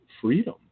freedom